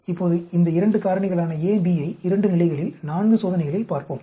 இப்போது இந்த 2 காரணிகளான A B ஐ 2 நிலைகளில் 4 சோதனைகளில் பார்ப்போம்